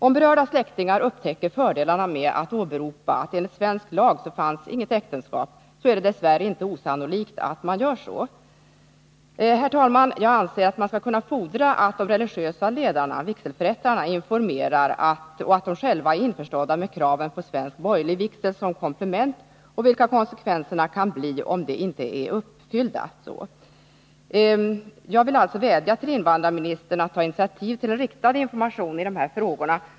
Om berörda släktingar upptäcker fördelarna med att åberopa att det enligt svensk lag inte varit något äktenskap, är det dess värre inte osannolikt att de också gör så. Herr talman! Jag anser att man skall kunna fordra att de religiösa ledarna-vigselförrättarna informerar om kravet på svensk borgerlig vigsel som komplement och att de själva är medvetna om vilka konsekvenserna kan bli, om det kravet inte är uppfyllt. Jag vill alltså vädja till invandrarministern att ta initiativ till en riktad information i de här frågorna.